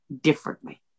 differently